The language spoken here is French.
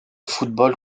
football